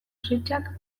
sitsak